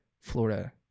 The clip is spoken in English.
Florida